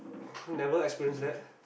never experienced that